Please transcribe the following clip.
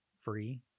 free